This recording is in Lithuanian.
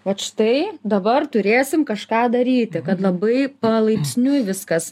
vat štai dabar turėsim kažką daryti kad labai palaipsniui viskas